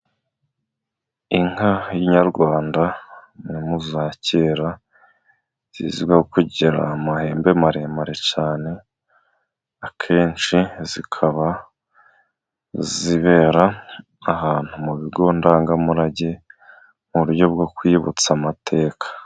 Inka y'inyarwanda izwi mu za kera, zizwiho kugira amahembe maremare cyane, akenshi zikaba zibera ahantu mu bigo ndangamurage, mu buryo bwo kwibutsa amateka.